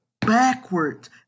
backwards